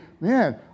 man